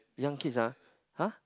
young kids ah !huh!